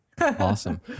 Awesome